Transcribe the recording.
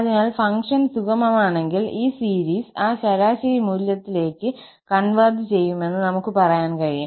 അതിനാൽ ഫംഗ്ഷൻ സുഗമമാണെങ്കിൽ ഈ സീരീസ് ആ ശരാശരി മൂല്യത്തിലേക്ക് കൺവെർജ് ചെയ്യുമെന്ന് നമുക്ക് പറയാൻ കഴിയും